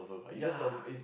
ya